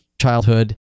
childhood